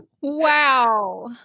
Wow